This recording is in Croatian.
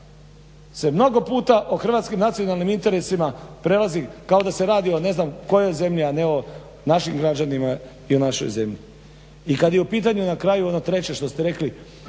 se mnogo puta o hrvatskim nacionalnim interesima prelazi kao da se radi o ne znam kojoj zemlji, a ne o našim građanima i o našoj zemlji. I kada je u pitanju na kraju ono treće što ste rekli